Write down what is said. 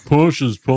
Porsche's